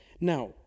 Now